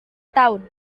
tahun